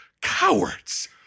cowards